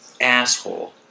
asshole